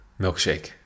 milkshake